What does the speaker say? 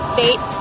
fate